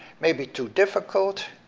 maybe too difficult,